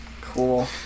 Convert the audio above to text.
Cool